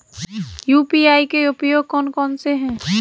UPI के उपयोग कौन कौन से हैं?